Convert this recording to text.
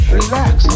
relax